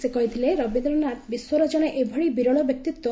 ସେ କହିଥିଲେ ରବିନ୍ଦ୍ର ନାଥ ବିଶ୍ୱର ଜଣେ ଏଭଳି ବିରଳ ବ୍ୟକ୍ତିତ୍ୱ